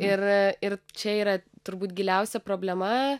ir ir čia yra turbūt giliausia problema